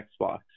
Xbox